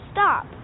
Stop